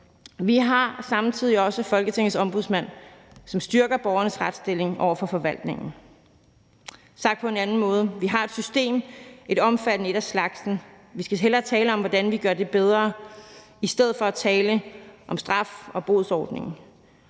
Vi har samtidig også Folketingets Ombudsmand, som styrker borgernes retsstilling over for forvaltningen. Sagt på en anden måde: Vi har et system, et omfattende et af slagsen, og vi skal hellere tale om, hvordan vi gør det bedre, i stedet for at tale om straf, en bodsordning